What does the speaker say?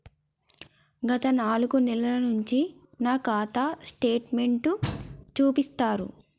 గత నాలుగు నెలల నుంచి నా ఖాతా స్టేట్మెంట్ చూపిస్తరా?